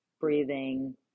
breathing